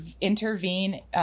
intervene